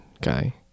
guy